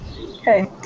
Okay